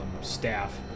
staff